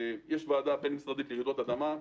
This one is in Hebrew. יש ועדה בין-משרדית לרעידות אדמה,